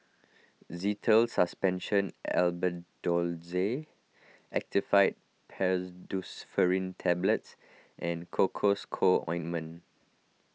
Zental Suspension Albendazole Actifed Pseudoephedrine Tablets and Cocois Co Ointment